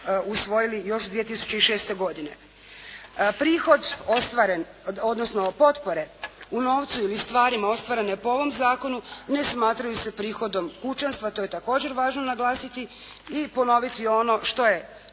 usvojili još 2006. godine. Prihod ostvaren, odnosno potpore u novcu ili stvarima ostvarene po ovom zakonu ne smatraju se prihodom kućanstva. To je također važno naglasiti i ponoviti ono što je,